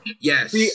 Yes